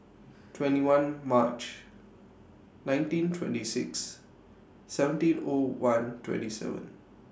twenty one March nineteen twenty six seventeen O one twenty seven